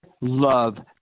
love